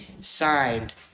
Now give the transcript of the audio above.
signed